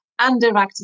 underactive